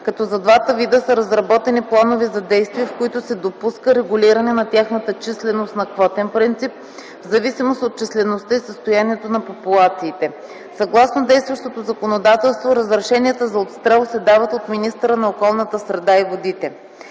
като за двата вида са разработени планове за действие, в които се допуска регулиране на тяхната численост на квотен принцип, в зависимост от числеността и състоянието на популациите. Съгласно действащото законодателство разрешенията за отстрел се дават от министъра на околната среда и водите.